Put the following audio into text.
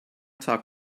talk